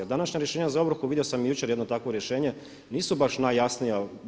Današnja rješenja za ovrhu, vidio sam jučer jedno takvo rješenje, nisu baš najjasnija.